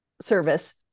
service